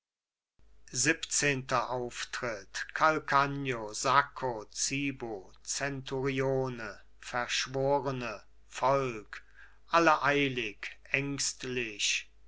siebzehnter auftritt calcagno sacco zibo zenturione verschworene volk alle eilig ängstlich